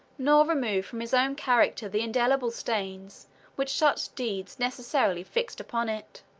nor remove from his own character the indelible stains which such deeds necessarily fixed upon it.